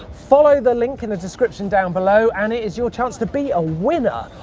follow the link in the description down below, and it is your chance to be a winner.